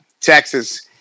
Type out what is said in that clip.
Texas